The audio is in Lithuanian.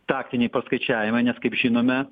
taktiniai paskaičiavimai nes kaip žinome